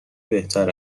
بهتر